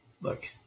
look